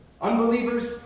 Unbelievers